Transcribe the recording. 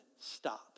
stop